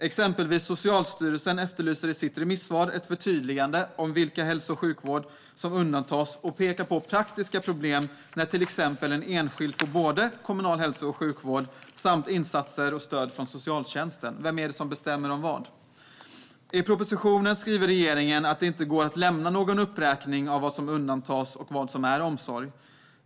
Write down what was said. Exempelvis efterlyser Socialstyrelsen i sitt remissvar ett förtydligande om vilken hälso och sjukvård som undantas och pekar på praktiska problem när en enskild till exempel får såväl kommunal hälso och sjukvård som insatser och stöd från socialtjänsten. Vem är det som bestämmer om vad? I propositionen skriver regeringen att det inte går att lämna någon uppräkning av vad som undantas och vad som är omsorg.